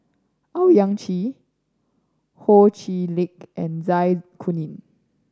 Owyang Chi Ho Chee Lick and Zai Kuning